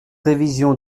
révision